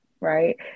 right